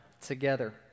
together